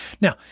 Now